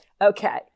Okay